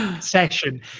session